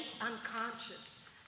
unconscious